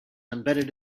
embedded